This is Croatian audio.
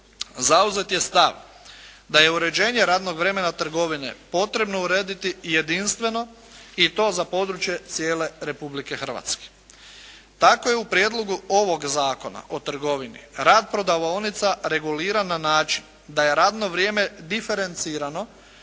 zauzet je stav da je uređenje radnog vremena trgovine potrebno urediti jedinstveno i to za područje cijele Republike Hrvatske. Tako je u prijedlogu ovog Zakona o trgovini rad prodavaonica reguliran na način da je radno vrijeme diferencirano